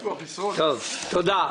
תודה.